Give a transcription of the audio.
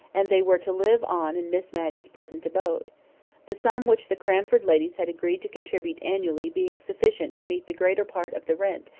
and they were to live on in miss matty's present abode the sum which the cranford ladies had agreed to contribute annually being sufficient to meet the greater part of the rent,